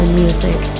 music